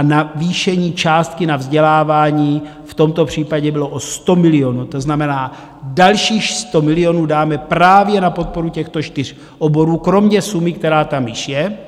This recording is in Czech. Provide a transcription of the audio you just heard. Navýšení částky na vzdělávání v tomto případě bylo o 100 milionů, to znamená, dalších 100 milionů dáme právě na podporu těchto čtyř oborů kromě sumy, která tam již je.